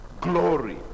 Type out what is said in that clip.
glory